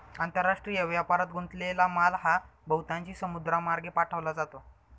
आंतरराष्ट्रीय व्यापारात गुंतलेला माल हा बहुतांशी समुद्रमार्गे पाठवला जातो